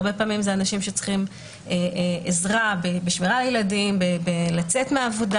הרבה פעמים זה אנשים שצריכים עזרה בשמירה על ילדים ולצאת מהעבודה.